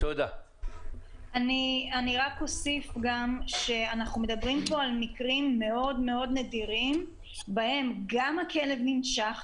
אני אוסיף שאנחנו מדברים על מקרים נדירים מאוד שבהם גם הכלב ננשך,